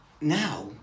now